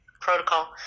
protocol